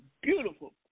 beautiful